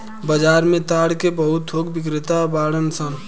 बाजार में ताड़ के बहुत थोक बिक्रेता बाड़न सन